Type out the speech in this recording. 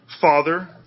father